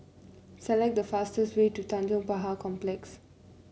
select the fastest way to Tanjong Pagar Complex